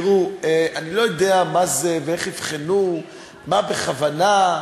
אני לא יודע מה זה ואיך אבחנו מה בכוונה,